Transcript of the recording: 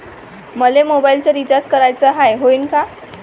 मले mobile recharge कराचा हाय, होईनं का?